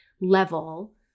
level